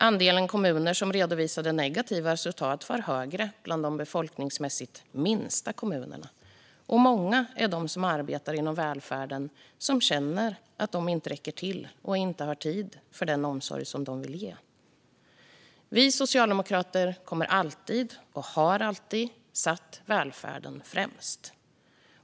Andelen kommuner som redovisade negativa resultat var högre bland de befolkningsmässigt minsta kommunerna, och många är de som arbetar inom välfärden och som känner att de inte räcker till och inte har tid för den omsorg som de vill ge. Vi socialdemokrater kommer alltid att sätta välfärden främst och har alltid gjort det.